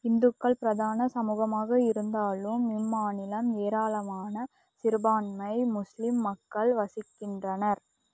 இந்துக்கள் பிரதான சமூகமாக இருந்தாலும் இம்மாநிலம் ஏராளமான சிறுபான்மை முஸ்லீம் மக்கள் வசிக்கின்றனர்